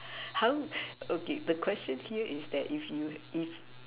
how okay the question here is that if you if